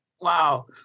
wow